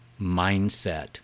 mindset